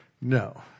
no